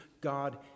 God